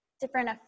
different